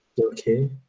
Okay